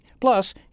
Plus